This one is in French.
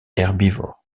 herbivore